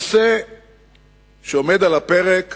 הנושא שעומד על הפרק